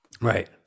Right